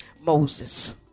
Moses